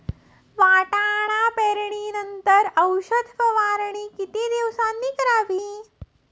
वाटाणा पेरणी नंतर औषध फवारणी किती दिवसांनी करावी?